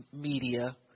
media